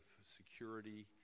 security